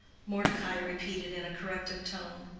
mordecai repeated in a corrective tone.